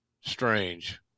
Strange